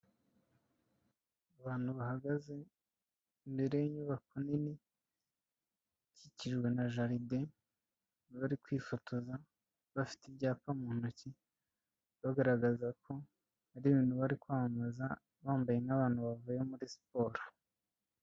Abantu bahagaze, imbere y'inyubako nini, ikikijwe na jaride, bari kwifotoza, bafite ibyapa mu ntoki, bagaragaza ko ari ibintu bari kwamamaza, bambaye nk'abantu bavuye muri siporo.